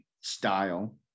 style